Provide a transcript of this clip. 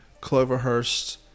cloverhurst